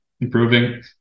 improving